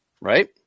right